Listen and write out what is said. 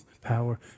power